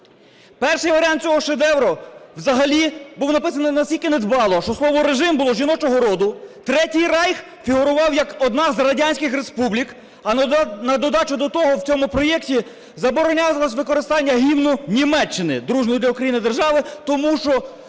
Перший варіант цього шедевру взагалі був написаний настільки недбало, що слово "режим" було жіночого роду, Третій рейх фігурував як одна з радянських республік. А на додачу до того в цьому проекті заборонялось використання Гімну Німеччини, дружньої для України держави, тому що